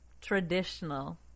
Traditional